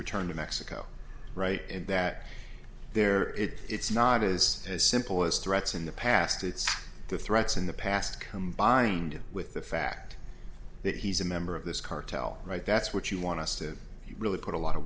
returned to mexico right and that there is it's not as simple as threats in the past it's the threats in the past combined with the fact that he's a member of this cartel right that's what you want us to really put a lot of